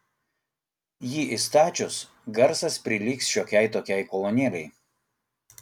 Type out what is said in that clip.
jį įstačius garsas prilygs šiokiai tokiai kolonėlei